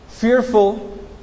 fearful